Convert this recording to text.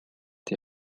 die